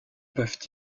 peuvent